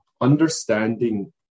understanding